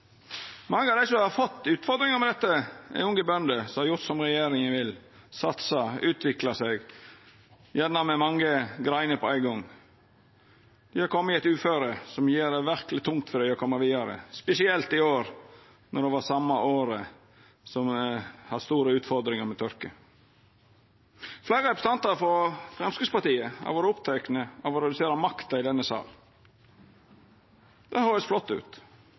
Mange av dei som har fått utfordringar med dette, er unge bønder som har gjort som regjeringa vil: satsa og utvikla seg, gjerne med mange greiner på ein gong. Dei har kome i eit uføre som gjer det verkeleg tungt for dei å koma seg vidare, spesielt i år, då det var store utfordringar med tørke. Fleire representantar frå Framstegspartiet har vore opptekne av å redusera makta i denne salen. Det høyrest flott ut,